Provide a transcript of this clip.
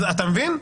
אתה מבין?